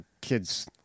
kids